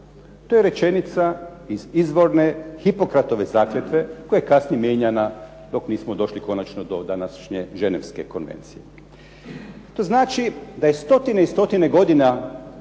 To je rečenica iz izvorne Hipokratove zakletve koja je kasnije mijenjana dok nismo došli konačno do današnje Ženevske konvencije. To znači da je stotine i stotine godina